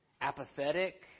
apathetic